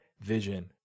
vision